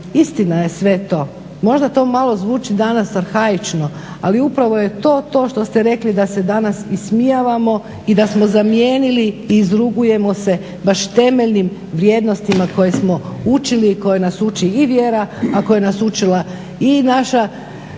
Istina je sve to, možda to malo zvuči danas arhaično, ali upravo je to to što ste rekli da se danas ismijavamo i da smo zamijenili i izrugujemo se baš temeljnim vrijednostima koje smo učili i koje nas uči i vjera, a koje nas je učila i naša